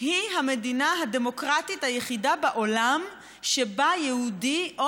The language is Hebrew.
היא המדינה הדמוקרטית היחידה בעולם שבה יהודי או